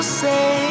say